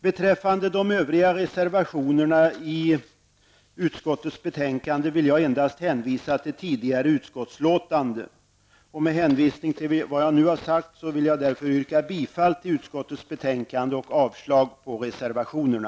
Beträffande de övriga reservationerna i utskottets betänkande vill jag endast hänvisa till tidigare utskottsutlåtanden. Med hänvisning till vad jag nu sagt vill jag yrka bifall till hemställan i utskottets betänkande och avslag på de fyra reservationerna.